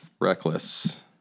Reckless